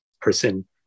person